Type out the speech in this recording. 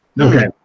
Okay